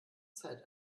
zeit